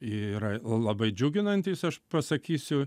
yra labai džiuginantys aš pasakysiu